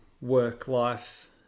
work-life